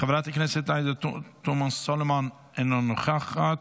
חברת הכנסת עאידה תומא סלימאן, אינה נוכחת,